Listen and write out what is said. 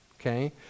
okay